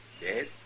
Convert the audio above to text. Dead